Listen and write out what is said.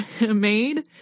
made